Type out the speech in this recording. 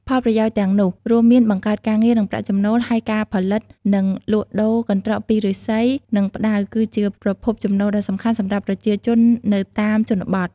ផលប្រយោជន៍ទាំងនោះរួមមានបង្កើតការងារ និងប្រាក់ចំណូល ហើយការផលិត និងលក់ដូរកន្ត្រកពីឫស្សី និងផ្តៅ គឺជាប្រភពចំណូលដ៏សំខាន់សម្រាប់ប្រជាជននៅតាមជនបទ។